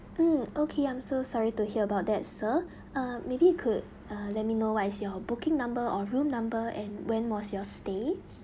mm okay I'm so sorry to hear about that sir uh maybe you could uh let me know what is your booking number or room number and when was your stay